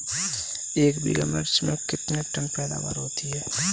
एक बीघा मिर्च में कितने टन पैदावार होती है?